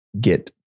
get